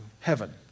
heaven